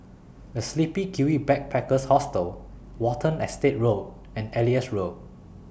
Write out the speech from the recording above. The Sleepy Kiwi Backpackers Hostel Watten Estate Road and Elias Road